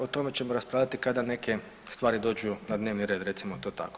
O tome ćemo raspravljati kada neke stvari dođu na dnevni red recimo to tako.